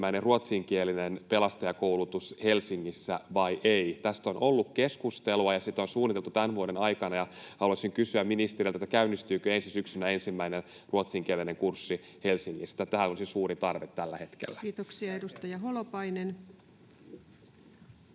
ensimmäinen ruotsinkielinen pelastajakoulutus Helsingissä vai ei. Tästä on ollut keskustelua, ja sitä on suunniteltu tämän vuoden aikana. Haluaisin kysyä ministeriltä: käynnistyykö ensi syksynä ensimmäinen ruotsinkielinen kurssi Helsingissä? Tälle olisi suuri tarve tällä hetkellä. Kiitoksia. — Edustaja Holopainen.